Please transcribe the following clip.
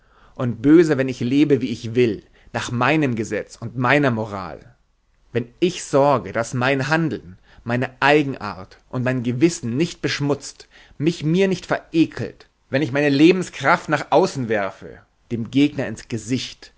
und böse wenn ich lebe wie ich will nach meinem gesetz und meiner moral wenn ich sorge daß mein handeln meine eigenart und mein gewissen nicht beschmutzt mich mir nicht verekelt wenn ich meine lebenskraft nach außen werfe dem gegner ins gesicht